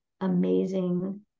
amazing